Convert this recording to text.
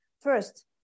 First